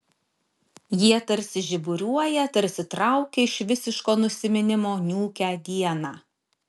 jie tarsi žiburiuoja tarsi traukia iš visiško nusiminimo niūkią dieną